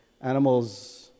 animals